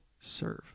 serve